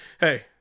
Hey